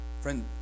Friend